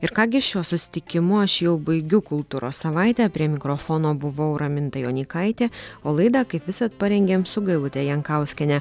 ir ką gi šiuo susitikimu aš jau baigiu kultūros savaitę prie mikrofono buvau raminta jonykaitė o laidą kaip visad parengėm su gailute jankauskiene